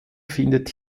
findet